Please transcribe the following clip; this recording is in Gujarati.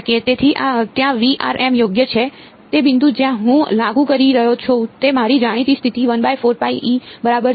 તેથી ત્યાં યોગ્ય છે તે બિંદુ જ્યાં હું લાગુ કરી રહ્યો છું તે મારી જાણીતી સ્થિતિ બરાબર છે